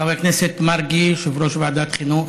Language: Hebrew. חבר הכנסת מרגי, יושב-ראש ועדת החינוך,